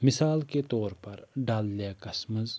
مِثال کے طور پَر ڈَل لیکَس مَنٛز